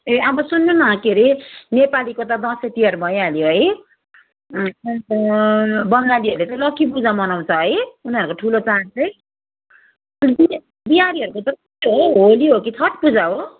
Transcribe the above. ए अब सुन्नू न के अरे नेपालीको त दसैँ तिहार भइहाल्यो है बङ्गालीहरूले त लखी पूजा मनाउँछ है उनीहरूको ठुलो चाड चाहिँ अनि बिहारीरूहरूको चाहिँ के हो होली हो कि छठ पूजा हो